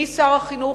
שר החינוך,